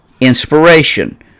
inspiration